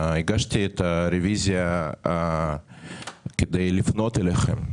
הגשתי את הרביזיה כדי לפנות אליכם,